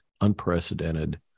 unprecedented